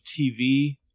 TV